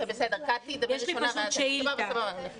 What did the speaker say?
יש לי שאילתה